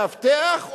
מאבטח,